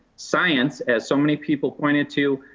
science, as so many people pointed to,